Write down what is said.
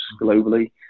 globally